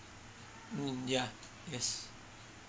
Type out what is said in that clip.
mm yeah yes